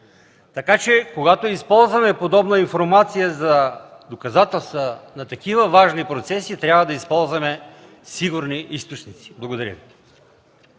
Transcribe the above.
процент. Когато използваме подобна информация за доказателства на такива важни процеси, трябва да използваме сигурни източници. Благодаря.